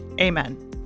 Amen